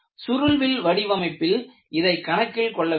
சுருள்வில் வடிவமைப்பில் இதை கணக்கில் கொள்ள வேண்டும்